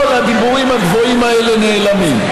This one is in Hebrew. כל הדיבורים הגבוהים האלה נעלמים.